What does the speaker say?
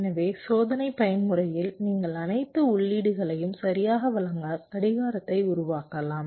எனவே சோதனை பயன்முறையில் நீங்கள் அனைத்து உள்ளீடுகளையும் சரியாக வழங்க கடிகாரத்தை உருவாக்கலாம்